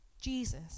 Jesus